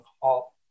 halt